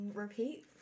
repeat